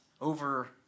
over